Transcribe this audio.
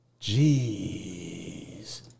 Jeez